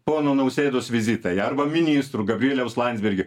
pono nausėdos vizitai arba ministrų gabrieliaus landsbergio